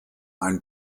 ein